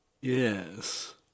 Yes